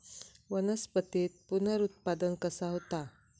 वनस्पतीत पुनरुत्पादन कसा होता?